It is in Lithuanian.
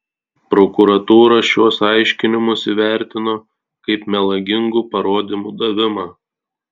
prokuratūra šiuos aiškinimus įvertino kaip melagingų parodymų davimą